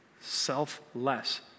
selfless